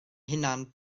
hunan